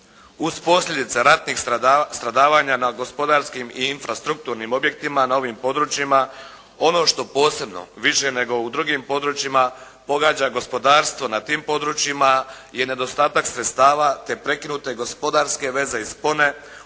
Uz posljedice ratnih stradavanja na gospodarskim i infrastrukturnim objektima na ovim područjima ono što posebno više nego u drugim područjima pogađa gospodarstvo na tim područjima je nedostatak sredstava te prekinute gospodarske veze i spone,